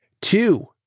Two